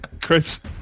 Chris